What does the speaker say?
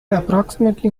approximately